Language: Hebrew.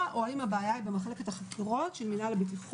או האם הבעיה היא במחלקת החקירות של מנהל הבטיחות